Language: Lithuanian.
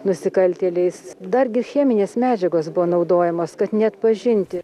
nusikaltėliais dargi cheminės medžiagos buvo naudojamos kad neatpažinti